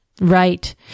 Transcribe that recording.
Right